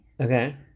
Okay